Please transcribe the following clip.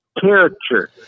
character